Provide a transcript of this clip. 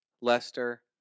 Leicester